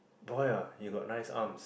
boy ah you have nice arms